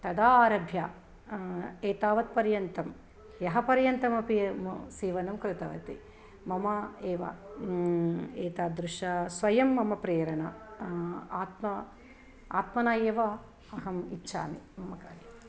तदा आरभ्य एतावत् पर्यन्तं ह्यः पर्यन्तमपि सीवनं कृतवती मम एव एतादृश स्वयं मम प्रेरणा आत्मा आत्मना एव अहम् इच्छामि मम कार्यम्